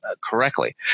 correctly